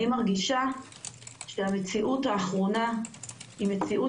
אני מרגישה שהמציאות האחרונה היא מציאות